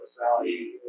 Valley